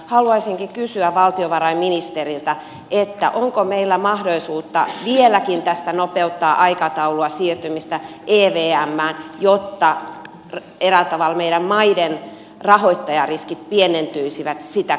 haluaisinkin kysyä valtiovarainministeriltä on ko meillä mahdollisuutta vieläkin tästä nopeuttaa aikataulua siirtymistä evmään jotta eräällä tavalla meidän maiden rahoittajariskit pienentyisivät sitä kautta